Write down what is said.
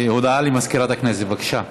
הודעה למזכירת הכנסת, בבקשה.